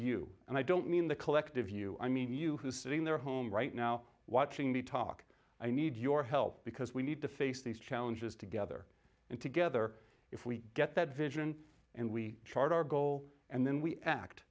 you and i don't mean the collective you i mean you who's sitting there home right now watching the talk i need your help because we need to face these challenges together and together if we get that vision and we chart our goal and then we act